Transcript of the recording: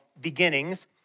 Beginnings